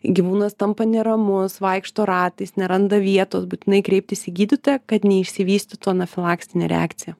gyvūnas tampa neramus vaikšto ratais neranda vietos būtinai kreiptis į gydytoją kad neišsivystytų anafilaksinė reakcija